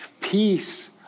Peace